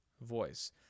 voice